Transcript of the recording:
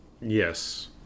Yes